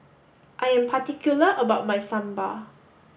I am particular about my Sambar